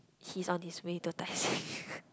he's on his way to Tai-Seng